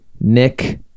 Nick